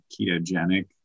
ketogenic